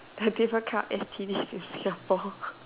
like different kinds of S_T_Ds in Singapore